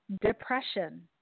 depression